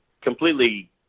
completely